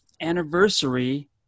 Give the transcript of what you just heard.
anniversary